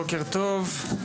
בוקר טוב.